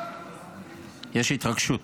יש התרגשות.